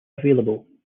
available